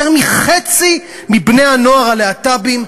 יותר מחֵצי מבני-הנוער הלהט"בים,